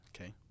okay